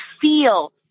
feel